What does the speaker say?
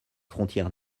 frontière